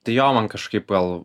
tai jo man kažkaip gal